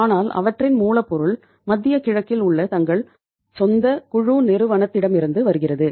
ஆனால் அவற்றின் மூலப்பொருள் மத்திய கிழக்கில் உள்ள தங்கள் சொந்த குழு நிறுவனத்திடமிருந்து வருகிறது